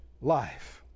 life